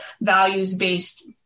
values-based